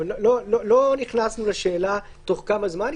לא נכנסנו לשאלה תוך כמה זמן.